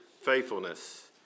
faithfulness